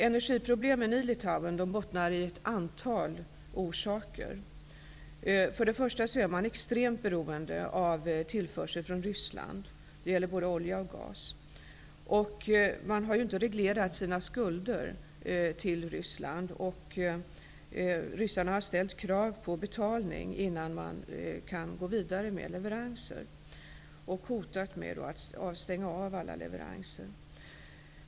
Energiproblemen i Litauen har ett antal orsaker. Man är extremt beroende av tillförsel av olja och gas från Ryssland. Man har inte reglerat sina skulder till Ryssland. Ryssarna har ställt krav på betalning innan vidare leveranser kan göras och hotat med att stänga av alla leverenser.